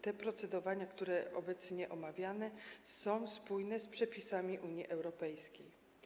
Te rozwiązania, które obecnie omawiamy, są spójne z przepisami Unii Europejskiej.